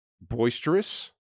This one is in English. boisterous